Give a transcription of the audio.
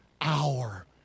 hour